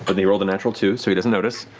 but he rolled a natural two. so he doesn't notice.